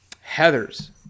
Heather's